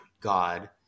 God